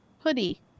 hoodie